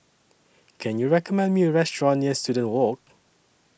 Can YOU recommend Me A Restaurant near Student Walk